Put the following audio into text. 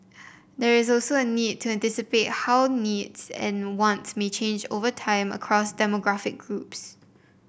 there is also a need to anticipate how needs and wants may change over time and across demographic groups